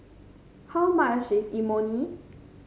how much is Imoni